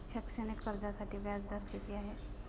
शैक्षणिक कर्जासाठी व्याज दर किती आहे?